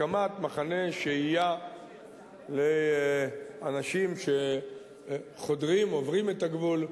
הקמת מחנה שהייה לאנשים שעוברים את הגבול,